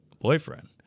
Boyfriend